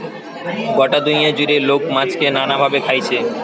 গটা দুনিয়া জুড়ে লোক মাছকে নানা ভাবে খাইছে